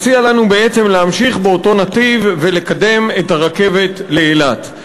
הוא הציע לנו בעצם להמשיך באותו נתיב ולקדם את הרכבת לאילת.